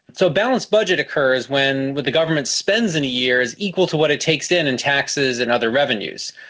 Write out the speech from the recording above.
so a balanced budget occurs when what the government spends in a year is equal to what it takes in in taxes and other revenues.